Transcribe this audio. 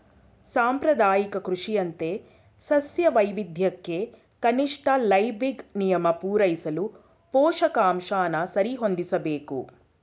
ಸಾಂಪ್ರದಾಯಿಕ ಕೃಷಿಯಂತೆ ಸಸ್ಯ ವೈವಿಧ್ಯಕ್ಕೆ ಕನಿಷ್ಠ ಲೈಬಿಗ್ ನಿಯಮ ಪೂರೈಸಲು ಪೋಷಕಾಂಶನ ಸರಿಹೊಂದಿಸ್ಬೇಕು